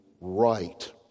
right